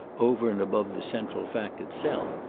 over and above the central fact itself,